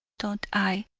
thought i,